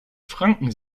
franken